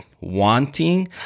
wanting